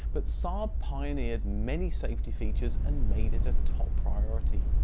but saab pioneered many safety features and made it a top priority.